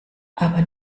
aber